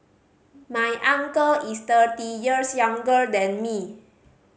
my uncle is thirty years younger than me